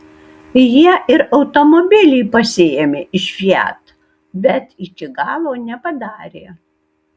jie ir automobilį pasiėmė iš fiat bet iki galo nepadarė